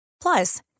Plus